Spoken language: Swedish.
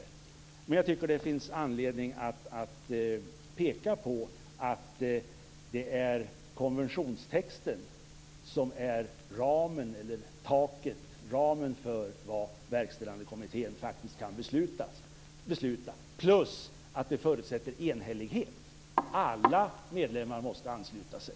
Jag tycker att det finns anledning att peka på att det är konventionstexten som är ramen för vad Verkställande kommittén faktiskt kan besluta. Dessutom förutsätter detta enhällighet. Alla medlemmar måste ansluta sig.